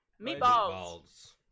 meatballs